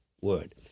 word